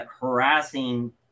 harassing